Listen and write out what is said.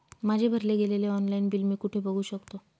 माझे भरले गेलेले ऑनलाईन बिल मी कुठे बघू शकतो?